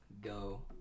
go